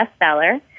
bestseller